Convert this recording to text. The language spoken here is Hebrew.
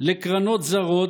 לקרנות זרות,